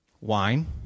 Wine